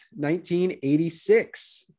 1986